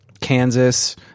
Kansas